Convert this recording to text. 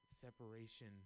separation